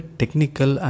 technical